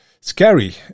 Scary